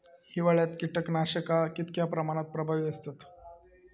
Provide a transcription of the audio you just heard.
हिवाळ्यात कीटकनाशका कीतक्या प्रमाणात प्रभावी असतत?